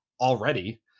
already